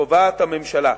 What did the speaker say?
קובעת הממשלה.